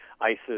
ISIS